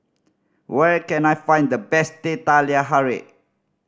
where can I find the best Teh Halia Tarik